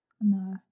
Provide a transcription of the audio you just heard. No